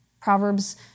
Proverbs